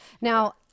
Now